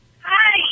Hi